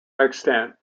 extant